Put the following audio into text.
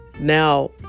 Now